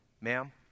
Ma'am